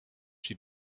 she